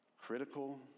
critical